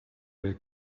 were